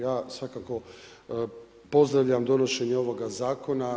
Ja svakako pozdravljam donošenje ovoga zakona.